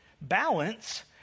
Balance